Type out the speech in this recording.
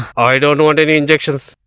i don't want any injection